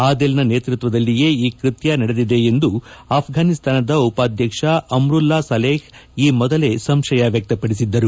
ಆದೆಲ್ನ ನೇತೃತ್ವದಲ್ಲಿಯೇ ಈ ಕೃತ್ಯ ನಡೆದಿದೆ ಎಂದು ಅಭ್ನಿಸ್ತಾನದ ಉಪಾಧ್ಯಕ್ಷಾ ಅಮೂಲ್ಲಾ ಸಲೇಹ್ ಈ ಮೊದಲೇ ಸಂಶಯ ವ್ಯಕ್ತಪಡಿಸಿದ್ದರು